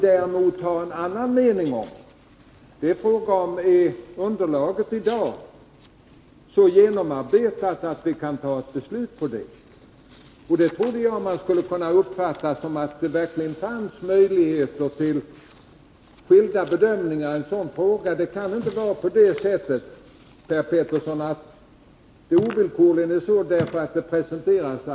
Däremot har vi en avvikande mening när det gäller frågan huruvida underlaget i dag är så genomarbetat att vi kan fatta ett beslut utifrån det. Detta trodde jag att man skulle uppfatta på det sättet, att det verkligen fanns möjligheter till skilda bedömningar i en sådan fråga. Det kan inte vara så, Per Petersson, att ett beslut ovillkorligen måste fattas nu bara för att saken presenteras nu.